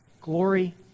glory